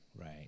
Right